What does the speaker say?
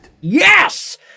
Yes